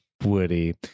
Woody